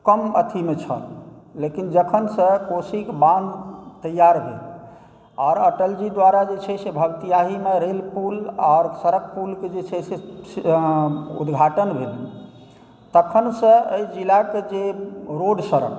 कम अथीमे छल लेकिन जखनसँ कोशीक बान्ह तैआर भेल आओर अटलजी द्वारा जे छै से भपटिआहीमे रेल पुल आओर सड़क पुलके जे छै से उद्घाटन भेल तखनसँ एहि जिलाके जे रोड सड़क